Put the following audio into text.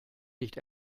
nicht